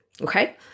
Okay